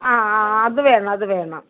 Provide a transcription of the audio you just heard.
ആ ആ അത് വേണം അത് വേണം